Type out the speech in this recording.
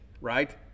right